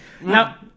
Now